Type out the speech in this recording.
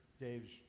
Dave's